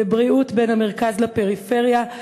בבריאות בין המרכז לפריפריה,